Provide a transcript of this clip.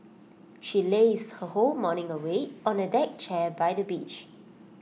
she lazed her whole morning away on A deck chair by the beach